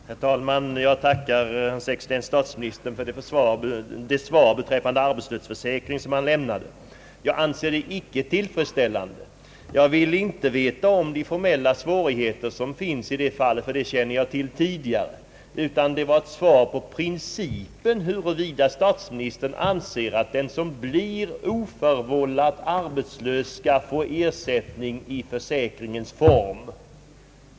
Herr talman! Jag tackar hans excellens statsministern för det svar beträffande arbetslöshetsförsäkring som han lämnade. Jag anser det icke tillfredsställande. Jag ville inte få reda på de formella svårigheter, som finns i det fallet, ty dem känner jag till tidigare, utan jag ville ha ett svar på den principiella frågan, huruvida statsministern anser att den som blir oförvållat arbetslös skall få ersättning i försäkringens form.